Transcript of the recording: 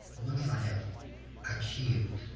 once i have achieved